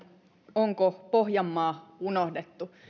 onko pohjanmaa unohdettu